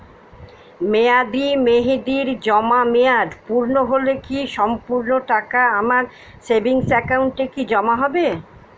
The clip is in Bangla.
মেয়াদী মেহেদির জমা মেয়াদ পূর্ণ হলে কি সম্পূর্ণ টাকা আমার সেভিংস একাউন্টে কি জমা হবে?